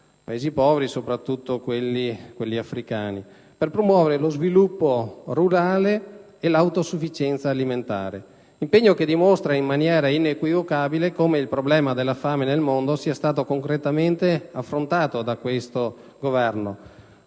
Paesi poveri, soprattutto quelli africani, per promuovere lo sviluppo rurale e l'autosufficienza alimentare. Questo impegno dimostra in maniera inequivocabile come il problema della fame nel mondo sia stato concretamente affrontato da questo Governo,